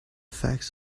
facts